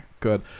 Good